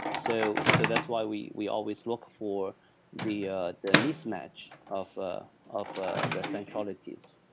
so so that's why we we always look for the mismatch of ah of the centralities.